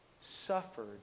suffered